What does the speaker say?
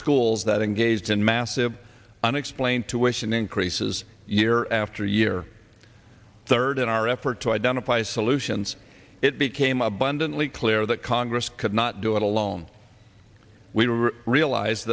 schools that engaged in massive unexplained to ition increases year after year third in our effort to identify solutions it became abundantly clear that congress could not do it alone we were realize